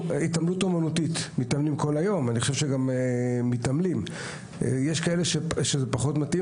התעמלות אומנותית מתעמלים כל היום ולכן זה פחות מתאים